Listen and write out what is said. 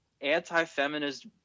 anti-feminist